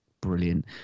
brilliant